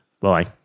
Bye